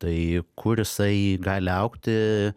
tai kur jisai gali augti